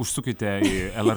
užsukite į lr